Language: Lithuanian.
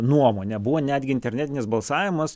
nuomonę buvo netgi internetinis balsavimas